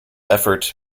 effort